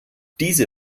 diese